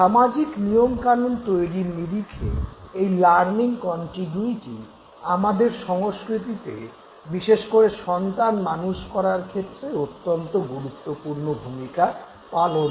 সামাজিক নিয়মকানুন তৈরির নিরিখে এই লার্নিং কন্টিগুইটি আমাদের সংস্কৃতিতে বিশেষ করে সন্তান মানুষ করার ক্ষেত্রে অত্যন্ত গুরুত্বপূর্ণ ভূমিকা পালন করে